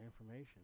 information